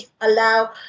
allow